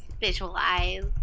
Visualize